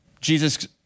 Jesus